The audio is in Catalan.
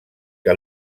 que